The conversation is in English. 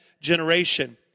generation